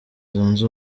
zunze